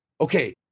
okay